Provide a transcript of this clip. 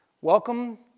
welcome